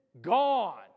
gone